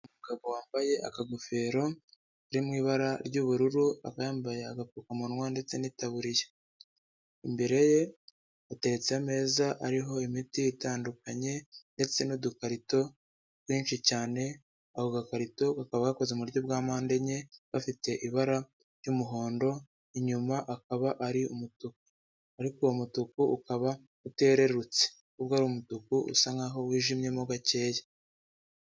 Umugabo wambaye akagofero kari mu ibara ry'ubururu, akaba yabambaye agapfukamunwa ndetse n'itaburiya. Imbere ye hateretse ameza ariho imiti itandukanye ndetse n'udukarito twinshi cyane, ako gakarito kakaba gakoze buryo bwa mpande enye gafite ibara ry'umuhondo, inyuma akaba ari umutuku, ariko uwo mutuku ukaba utererutse, ahubwo ari umutuku usa nk'aho wijimyemo gakeya.